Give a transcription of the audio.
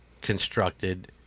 constructed